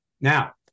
now